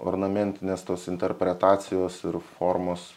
ornamentinės tos interpretacijos ir formos